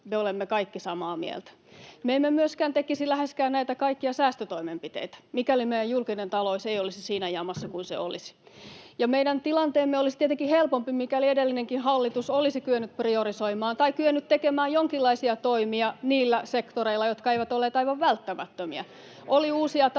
me olemme kaikki samaa mieltä. Me emme myöskään tekisi läheskään näitä kaikkia säästötoimenpiteitä, mikäli meidän julkinen talous ei olisi siinä jamassa kuin se on, ja meidän tilanteemme olisi tietenkin helpompi, mikäli edellinenkin hallitus olisi kyennyt priorisoimaan tai kyennyt tekemään jonkinlaisia toimia niillä sektoreilla, jotka eivät olleet aivan välttämättömiä. Oli uusia tarpeita,